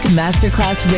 masterclass